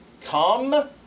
come